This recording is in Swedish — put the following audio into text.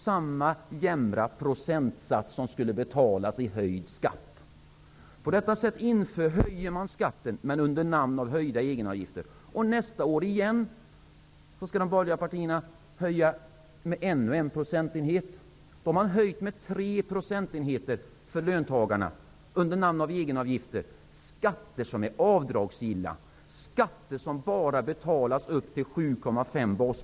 Samma jämna procentsats skulle betalas i höjd skatt. På detta sätt höjer man skatten under namnet höjda egenavgifter. Nästa år skall de borgerliga partierna höja med ännu 1 procentenhet. Då har man höjt skatter som är avdragsgilla och som bara betalas upp till 7,5 basbelopp med 3 procentenheter för löntagarna. Det har man gjort under namnet egenavgifter.